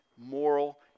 moral